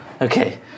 Okay